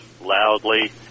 loudly